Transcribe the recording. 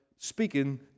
speaking